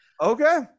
Okay